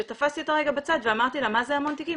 כשתפסתי אותה רגע בצד ושאלתי אותה מה זה המון תיקים,